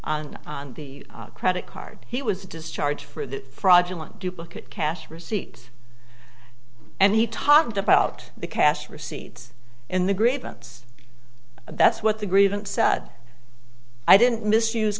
charges on the credit card he was discharged for the fraudulent duplicate cash receipts and he talked about the cash receipts in the grievance that's what the grievance said i didn't misuse